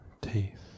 teeth